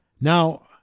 Now